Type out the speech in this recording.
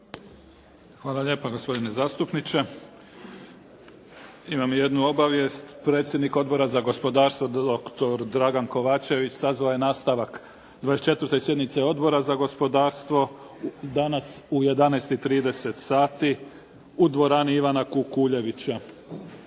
Hvala lijepa, gospodine zastupniče. Imam jednu obavijest. Predsjednik Odbora za gospodarstvo, doktor Dragan Kovačević sazvao je nastavak 24. sjednice Odbora za gospodarstvo danas u 11,30 sati u dvorani Ivana Kukuljevića.